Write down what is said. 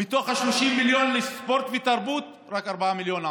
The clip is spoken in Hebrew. מתוך ה-30 מיליון לספורט ותרבות רק 4 מיליון עברו.